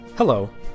Hello